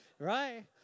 Right